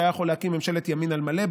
שהיה יכול להקים ממשלת ימין על מלא,